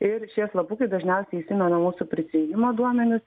ir šie slapukai dažniausiai įsimena mūsų prisijungimo duomenis